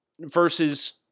versus